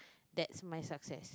that's my success